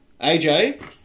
AJ